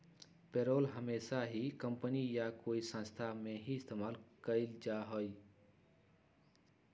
payroll हमेशा ही company या कोई संस्था में ही इस्तेमाल कइल जाहई